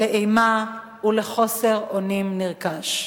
לאימה ולחוסר אונים נרכש.